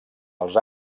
els